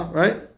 right